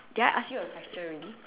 did I ask you a question already